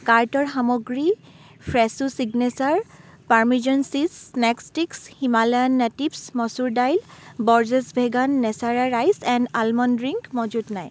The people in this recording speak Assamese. কাৰ্টৰ সামগ্ৰী Fresho signature parmesan cheese snack stick Himalayan natives masoor dal Borges vegan Natura rice and almond drink মজুত নাই